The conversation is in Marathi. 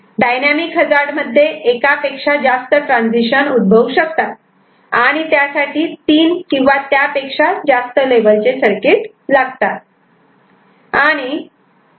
डायनामिक हजार्ड मध्ये एकापेक्षा जास्त ट्रान्झिशन उद्भव शकतात आणि त्यासाठी 3 किंवा त्यापेक्षा जास्त लेव्हलचे सर्किट लागतात